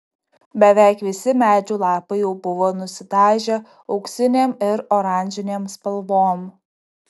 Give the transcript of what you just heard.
beveik visi medžių lapai jau buvo nusidažę auksinėm ir oranžinėm spalvom